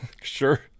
sure